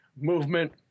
movement